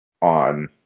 on